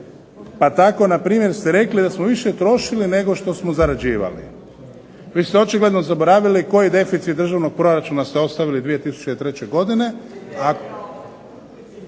Pa tako npr. ste rekli da smo više trošili nego što smo zarađivali. Vi ste očigledno zaboravili koji deficit državnog proračuna ste ostavili 2003. godine